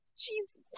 Jesus